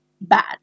bad